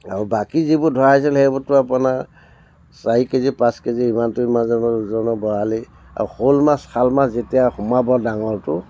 আৰু বাকী যিবোৰ ধৰা হৈছিল সেইবোৰতো আপোনাৰ চাৰি কেজি পাঁচ কেজি ইমানটো ইমানটো ওজনৰ বৰালি আৰু শ'ল মাছ শাল মাছ যেতিয়া সোমাব ডাঙৰটো